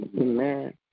Amen